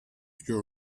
your